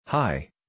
Hi